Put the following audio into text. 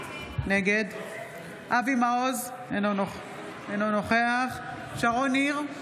נגד אבי מעוז, אינו נוכח שרון ניר,